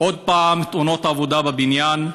עוד פעם תאונות עבודה בבניין.